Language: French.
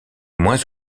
moins